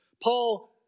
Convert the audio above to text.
Paul